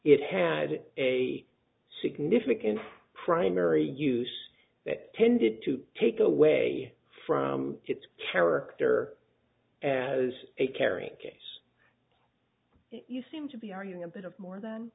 it had a significant primary use that tended to take away from its character as a carrying case you seem to be arguing a bit of more